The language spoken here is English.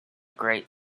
great